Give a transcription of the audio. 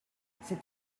cet